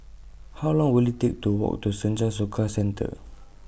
How Long Will IT Take to Walk to Senja Soka Center